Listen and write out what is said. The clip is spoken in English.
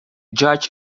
judge